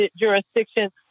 jurisdiction